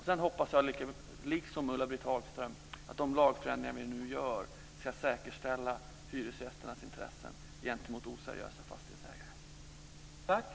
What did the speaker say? Sedan hoppas jag, liksom Ulla-Britt Hagström, att de lagförändringar vi nu gör ska säkerställa att hyresgästernas intressen gentemot oseriösa fastighetsägare tillvaratas.